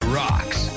rocks